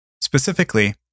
Specifically